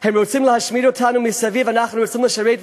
הם רוצים להשמיד אותנו מסביב, אנחנו רוצים לשרת.